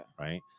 right